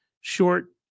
short